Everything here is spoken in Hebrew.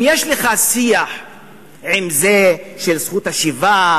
אם יש לך שיח עם זה של זכות השיבה,